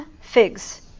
figs